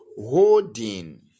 holding